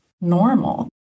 normal